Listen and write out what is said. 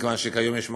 מכיוון שכיום יש מנכ"ל,